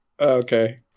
Okay